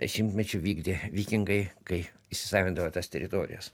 dešimtmečių vykdė vikingai kai įsisavindavo tas teritorijas